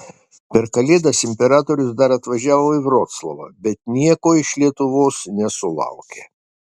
per kalėdas imperatorius dar atvažiavo į vroclavą bet nieko iš lietuvos nesulaukė